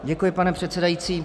Děkuji, pane předsedající.